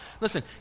listen